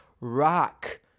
rock